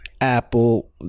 Apple